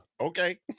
okay